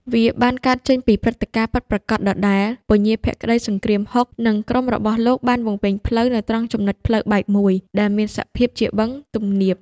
វាបានកើតចេញពីព្រឹត្តិការណ៍ពិតប្រាកដដែល ពញាភក្តីសង្គ្រាមហុក និងក្រុមរបស់លោកបានវង្វេងផ្លូវនៅត្រង់ចំណុចផ្លូវបែកមួយ ដែលមានសភាពជាបឹងទំនាប។